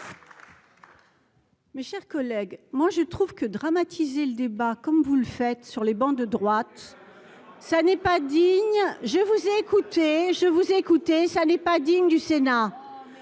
Mes chers collègues, moi je trouve que dramatiser le débat comme vous le faites sur les bancs de droite, ça n'est pas digne, je vous ai écouté, je vous ai écouté, ça n'est pas digne du Sénat,